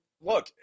look